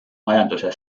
majanduse